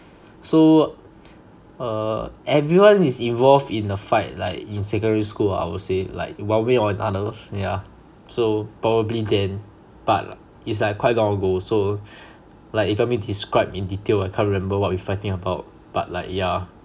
so err everyone is involved in a fight like in secondary school I would say like one way or another yeah so probably then but it's like quite long ago so like if want me describe in detail I can't remember what we fighting about but like yeah